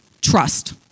Trust